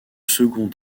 second